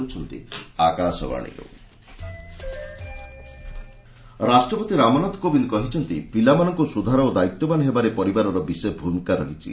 president terror ରାଷ୍ଟ୍ରପତି ରାମନାଥ କୋବିନ୍ଦ କହିଛନ୍ତି ପିଲାମାନଙ୍କୁ ସୁଧାର ଓ ଦାୟିତ୍ୱବାନ ହେବାରେ ପରିବାରର ବିଶେଷ ଭୂମିକା ରହିଛି